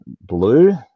blue